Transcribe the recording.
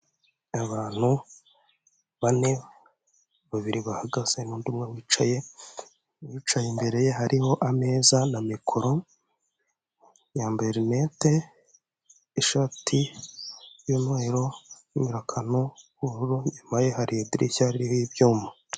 Abantu bane babiri bahagaze n'undi umwe wicaye uwicaye imbere ye hariho ameza na mikoro yambaye linete ishati y'umweru irimo akantu k'ubururu inyuma ye hari idirishya ririho ibyuma.